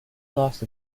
lost